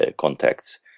contacts